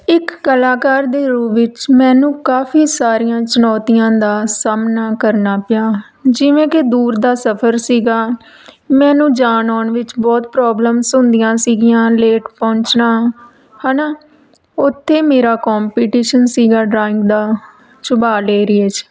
ਇੱਕ ਕਲਾਕਾਰ ਦੇ ਰੂਪ ਵਿੱਚ ਮੈਨੂੰ ਕਾਫ਼ੀ ਸਾਰੀਆਂ ਚੁਣੌਤੀਆਂ ਦਾ ਸਾਹਮਣਾ ਕਰਨਾ ਪਿਆ ਜਿਵੇਂ ਕਿ ਦੂਰ ਦਾ ਸਫ਼ਰ ਸੀਗਾ ਮੈਨੂੰ ਜਾਣ ਆਉਣ ਵਿੱਚ ਬਹੁਤ ਪ੍ਰੋਬਲਮਸ ਹੁੰਦੀਆਂ ਸੀਗੀਆਂ ਲੇਟ ਪਹੁੰਚਣਾ ਹੈ ਨਾ ਉੱਥੇ ਮੇਰਾ ਕੋਂਪੀਟੀਸ਼ਨ ਸੀਗਾ ਡਰਾਇੰਗ ਦਾ ਏਰੀਏ 'ਚ